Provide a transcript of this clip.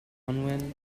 unwin